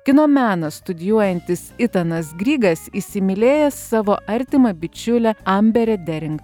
kino meną studijuojantis itanas grigas įsimylėjęs savo artimą bičiulę amberę dering